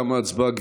תמה ההצבעה.